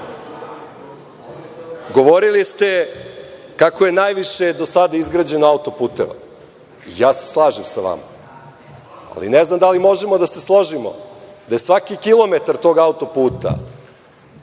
ste kako je najviše do sada izgrađeno autoputeva i ja se slažem sa vama. Ali, ne znam da li možemo da se složimo da je svaki kilometar tog autoputa,